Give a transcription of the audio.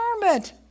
garment